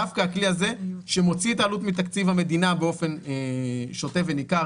דווקא הכלי הזה שמוציא את העלות מתקציב המדינה באופן שוטף וניכר,